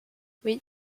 oui